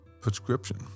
prescription